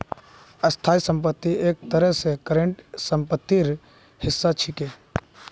स्थाई संपत्ति एक तरह स करंट सम्पत्तिर हिस्सा छिके